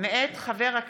ברשות יושב-ראש